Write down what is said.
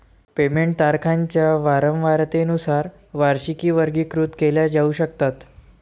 payment तारखांच्या वारंवारतेनुसार वार्षिकी वर्गीकृत केल्या जाऊ शकतात